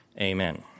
amen